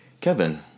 Kevin